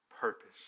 purpose